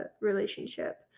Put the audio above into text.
relationship